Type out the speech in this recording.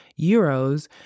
euros